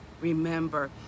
remember